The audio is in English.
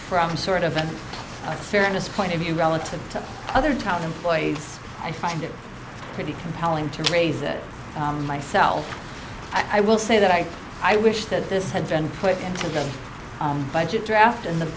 from sort of a fairness point of view relative to other top employees i find it pretty compelling to raise it myself i will say that i i wish that this had been put into the budget draft in the